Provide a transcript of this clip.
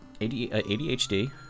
ADHD